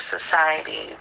society